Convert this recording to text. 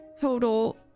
total